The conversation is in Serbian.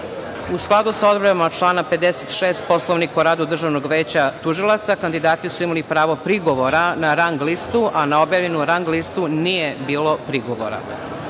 skladu sa odredbama člana 56. Poslovnik o radu Državnog veća tužilaca, kandidati su imali pravo prigovora na rang listu, a na objavljenu rang listu nije bilo prigovora.